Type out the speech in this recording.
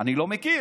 אני לא מכיר.